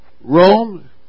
Rome